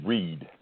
Read